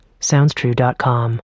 SoundsTrue.com